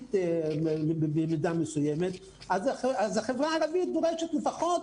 מנהלית במידה מסוימת, אז החברה הערבית דורשת לפחות